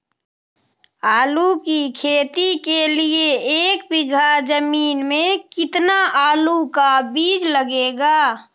आलू की खेती के लिए एक बीघा जमीन में कितना आलू का बीज लगेगा?